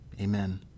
Amen